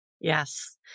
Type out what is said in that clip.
Yes